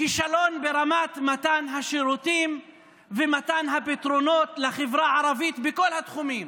כישלון ברמת מתן השירותים ומתן הפתרונות לחברה הערבית בכל התחומים.